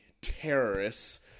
Terrorists